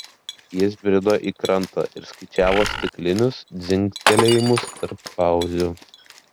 jis brido į krantą ir skaičiavo stiklinius dzingtelėjimus tarp pauzių